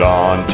on